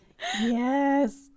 Yes